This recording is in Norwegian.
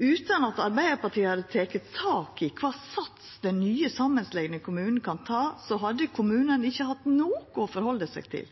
Utan at Arbeidarpartiet hadde teke tak i kva sats den nye, samanslegne kommunen kan ta, hadde kommunen ikkje hatt noko å halda seg til.